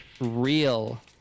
real